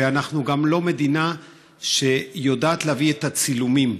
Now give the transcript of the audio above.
ואנחנו גם לא מדינה שיודעת להביא את הצילומים,